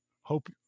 Hope